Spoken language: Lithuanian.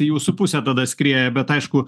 į jūsų pusę tada skrieja bet aišku